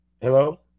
Hello